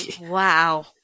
Wow